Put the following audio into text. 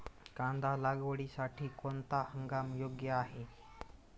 कांदा लागवडीसाठी कोणता हंगाम योग्य आहे?